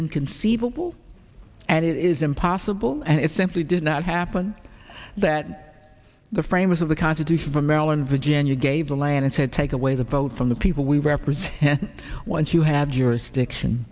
inconceivable and it is impossible and it simply did not happen that the framers of the constitution for maryland virginia gave the land and said take away the vote from the people we represent and once you have jurisdiction